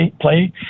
play